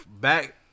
back